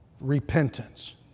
repentance